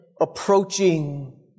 approaching